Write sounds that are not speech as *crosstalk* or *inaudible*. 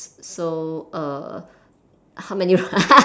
so err how many *laughs*